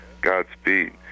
Godspeed